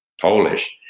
Polish